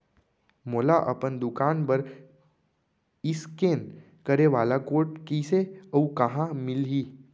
मोला अपन दुकान बर इसकेन करे वाले कोड कइसे अऊ कहाँ ले मिलही?